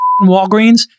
Walgreens